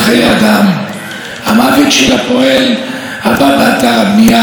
אישה הסובלת מאלימות הוא רק עניין של זמן.